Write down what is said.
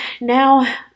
now